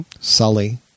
Sully